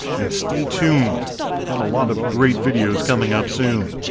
and stay tuned i've got a lot of great videos coming up soon!